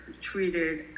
treated